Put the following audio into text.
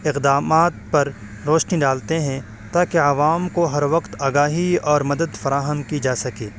اقدامات پر روشنی ڈالتے ہیں تاکہ عوام کو ہر وقت آگاہی اور مدد فراہم کی جا سکے